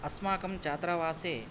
अस्माकं छात्रावासे